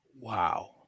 Wow